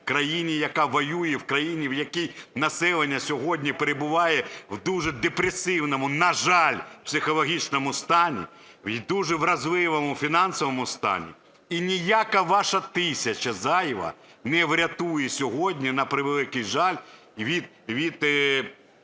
в країні, яка воює, в країні, в якій населення сьогодні перебуває в дуже депресивному, на жаль, психологічному стані, в дуже вразливому фінансовому стані. І ніяка ваша тисяча зайва не врятує сьогодні, на превеликий жаль, людей